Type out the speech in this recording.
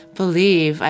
believe